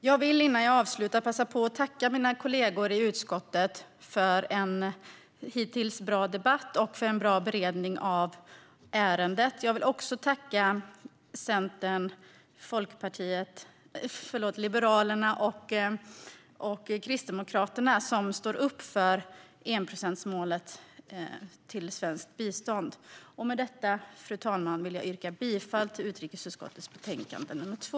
Jag vill, innan jag avslutar, passa på att tacka mina kolleger i utskottet för en hittills bra debatt och en bra beredning av ärendet. Jag vill också tacka Centern, Liberalerna och Kristdemokraterna, som står upp för enprocentsmålet för svensk bistånd. Med detta, fru talman, yrkar jag bifall till förslaget i utrikesutskottets betänkande 2.